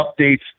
updates